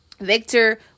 victor